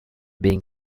being